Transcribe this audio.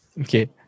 Okay